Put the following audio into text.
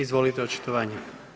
Izvolite očitovanje.